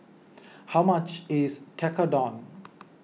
how much is Tekkadon